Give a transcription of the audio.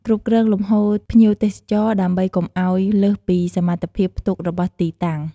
គ្រប់គ្រងលំហូរភ្ញៀវទេសចរ ដើម្បីកុំឱ្យលើសពីសមត្ថភាពផ្ទុករបស់ទីតាំង។